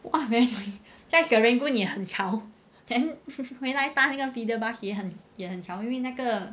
!wah! very noisy 在 serangoon 也很吵 then 回来搭 bus 也很吵因为那个